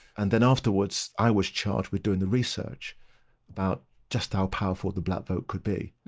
and then afterwards i was charged with doing the research about just how powerful the black vote could be.